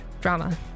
drama